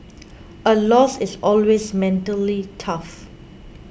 a loss is always mentally tough